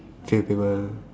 few people